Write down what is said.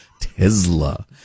Tesla